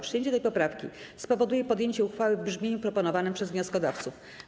Przyjęcie tej poprawki spowoduje podjęcie uchwały w brzmieniu proponowanym przez wnioskodawców.